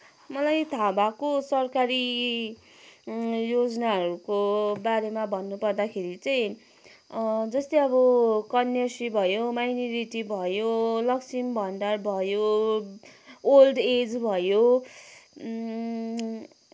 मलाई थाहा भएको सरकारी योजनाहरूको बारेमा भन्नुपर्दाखेरि चाहिँ जस्तै अब कन्याश्री भयो माइनेरिटी भयो लक्ष्मी भण्डार भयो ओल्ड एज भयो